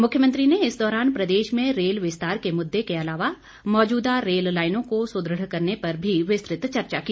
मुख्यमंत्री ने इस दौरान प्रदेश में रेल विस्तार के मुद्दे के अलावा मौजूदा रेल लाईनों को सुदृढ़ करने पर भी विस्तृत चर्चा की